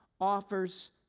offers